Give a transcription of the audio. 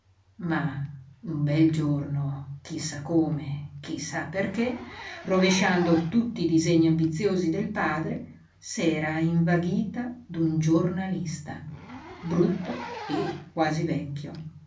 ma un bel giorno chi sa come chi sa perché rovesciando tutti i disegni ambiziosi del padre s'era invaghita d'un giornalista brutto e quasi vecchio